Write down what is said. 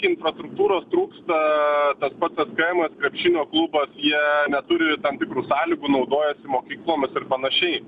infrastruktūros trūksta tas pats kaimas krepšinio klubas jie neturi tam tikrų sąlygų naudojasi mokyklomis ir panašiai